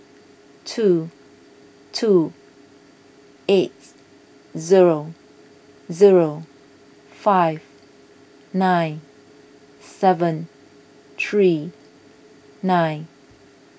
two two eight zero zero five nine seven three nine